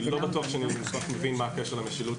אני לא בטוח שאני מבין מה קשר המשילות